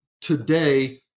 today